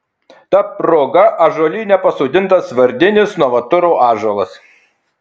ta proga ąžuolyne pasodintas vardinis novaturo ąžuolas